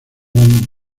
won